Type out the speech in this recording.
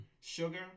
Sugar